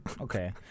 Okay